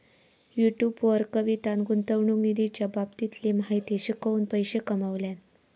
YouTube वर कवितान गुंतवणूक निधीच्या बाबतीतली माहिती शिकवून पैशे कमावल्यान